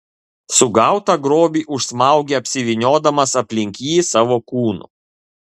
sugautą grobį užsmaugia apsivyniodamas aplink jį savo kūnu